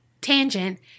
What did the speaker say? Tangent